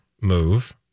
move